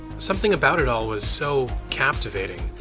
something about it all was so captivating.